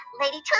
Lady